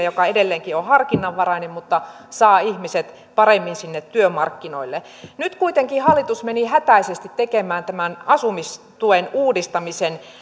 joka edelleenkin on harkinnanvarainen mutta saa ihmiset paremmin sinne työmarkkinoille nyt kuitenkin hallitus meni hätäisesti tekemään tämän asumistuen uudistamisen